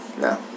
No